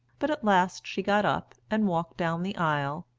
but at last she got up and walked down the aisle,